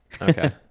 Okay